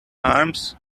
arms